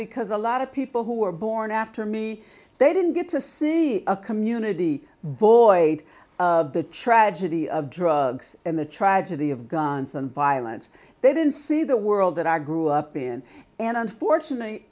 because a lot of people who were born after me they didn't get to see a community void of the tragedy of drugs and the tragedy of guns and violence they didn't see the world that i grew up in and unfortunately